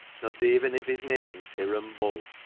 not even if his name's hiram bull.